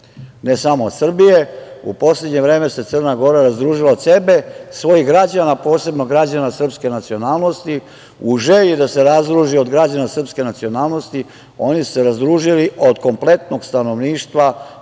ne samo od Srbije.U poslednje vreme se Crna Gora razdružila od sebe, svojih građana, a posebno građana srpske nacionalnosti, u želji da se razdruži od građana srpske nacionalnosti, oni su se razdružili od kompletnog stanovništva